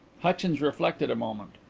hutchins reflected a moment.